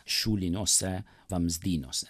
šuliniuose vamzdynuose